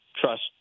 Trust